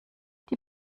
die